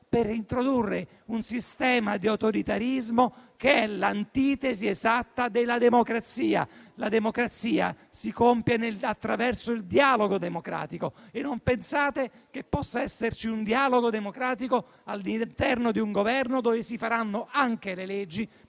Per introdurre un sistema di autoritarismo che è l'antitesi esatta della democrazia. La democrazia si compie infatti attraverso il dialogo democratico. Non pensate che possa esserci un dialogo democratico all'interno di un Governo dove si faranno anche le leggi